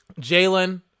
Jalen